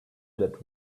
that